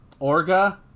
Orga